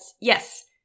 yes